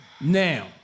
now